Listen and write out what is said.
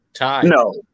No